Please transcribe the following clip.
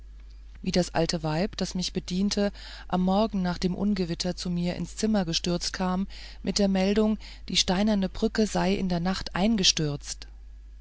wie das alte weib das mich bediente am morgen nach dem ungewitter zu mir ins zimmer gestürzt kam mit der meldung die steinerne brücke sei in der nacht eingestürzt